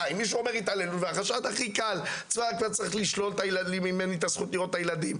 אם מישהו אומר התעללות ולוקחים לו את הזכות לראות את הילדים,